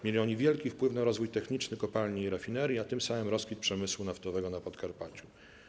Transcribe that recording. Mieli oni wielki wpływ na rozwój techniczny kopalni i rafinerii, a tym samym rozkwit przemysłu naftowego na Podkarpaciu.